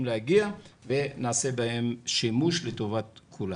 להגיע ונעשה בהם שימוש לטובת כולם.